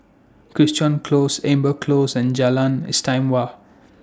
Crichton Close Amber Close and Jalan Istimewa